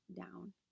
down